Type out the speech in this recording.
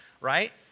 right